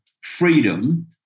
freedom